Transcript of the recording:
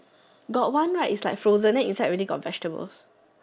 got one right is like frozen then inside already got vegetable